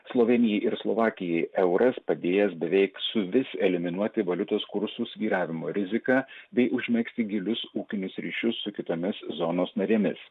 slovėnijai ir slovakijai euras padėjęs beveik suvis eliminuoti valiutos kursų svyravimo riziką bei užmegzti gilius ūkinius ryšius su kitomis zonos narėmis